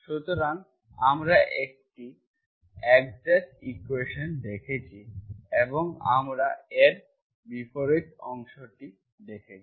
সুতরাং আমরা এক্সাক্ট ইকুয়েশন্টি দেখেছি এবং আমরা এর বিপরীত অংশটি দেখেছি